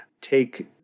take